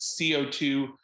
CO2